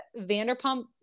Vanderpump